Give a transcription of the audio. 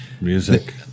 music